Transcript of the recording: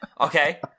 Okay